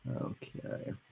Okay